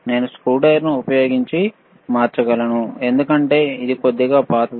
నేను స్క్రూడ్రైవర్ ఉపయోగించి మార్చగలను ఎందుకంటే ఇది కొద్దిగా పాతది